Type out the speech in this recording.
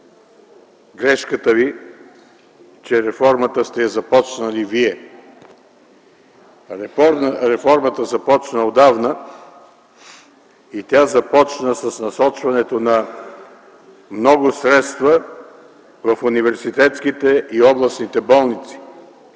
грешката Ви, че реформата сте я започнали вие. Реформата започна отдавна и тя започна с насочването на много средства в университетските и областните болници.